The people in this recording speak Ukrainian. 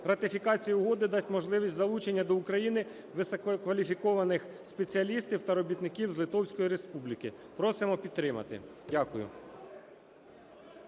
ратифікація угоди дасть можливість залученню до України висококваліфікованих спеціалістів та робітників з Литовської Республіки. Просимо підтримати. Дякую.